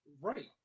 Right